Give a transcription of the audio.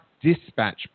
Dispatch